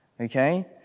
Okay